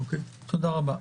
תודה רבה.